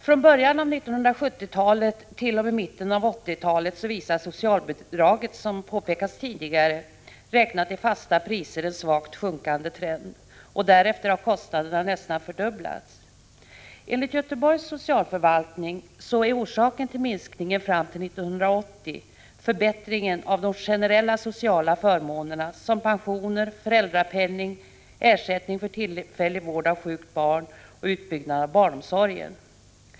Från början av 1970-talet t.o.m. mitten av 1980 visar socialbidraget, som påpekats tidigare, räknat i fasta priser en svagt sjunkande trend. Därefter har kostnaderna nästan fördubblats. Orsaken till minskningen fram till 1980 är enligt Göteborgs socialförvaltning förbättringen av generella sociala förmåner som pensioner, föräldrapenning och ersättning för tillfällig vård av sjukt barn samt utbyggnaden av barnomsorgen.